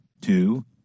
two